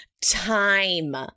time